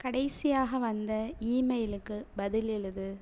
கடைசியாக வந்த இமெயிலுக்கு பதில் எழுது